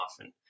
often